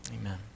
Amen